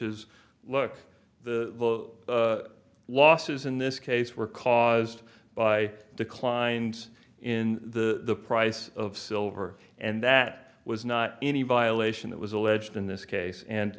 is look the losses in this case were caused by declines in the price of silver and that was not any violation that was alleged in this case and